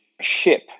ship